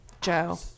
Joe